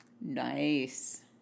Nice